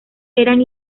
eran